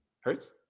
Hurts